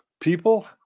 People